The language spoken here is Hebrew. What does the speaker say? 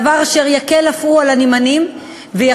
דבר אשר יקל אף הוא על הנמענים ויחסוך